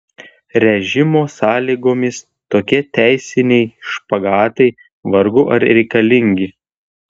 režimo sąlygomis tokie teisiniai špagatai vargu ar reikalingi